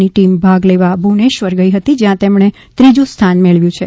ની ટીમ ભાગ લેવા ભુવનેશ્વર ગઈ હતી જ્યાં તેમણે ત્રીજુ સ્થાન મેળવ્યું છે